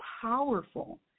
powerful